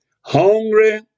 hungry